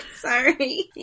Sorry